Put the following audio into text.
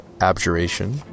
abjuration